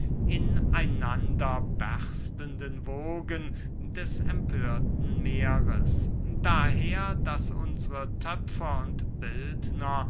in einander berstenden wogen des empörten meeres daher daß unsre töpfer und bildner